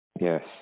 Yes